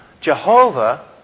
Jehovah